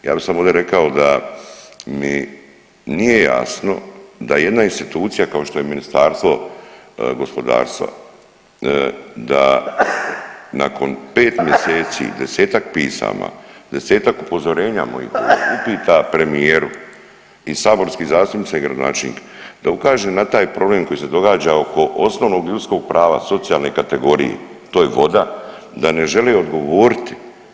Ja bi samo ovdje rekao da mi nije jasno da jedna institucija kao što je Ministarstvo gospodarstva da nakon 5 mjeseci, 10-ak pisama, 10-ak upozorenja, mojih premijeru i saborskih zastupnica i gradonačelnik da ukaže na taj problem koji se događa oko osnovnog ljudskog prava socijalne kategorije, to je voda, da ne žele odgovoriti.